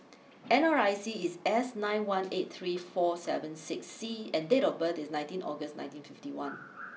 N R I C is S nine one eight three four seven six C and date of birth is nineteen August nineteen fifty one